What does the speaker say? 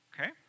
Okay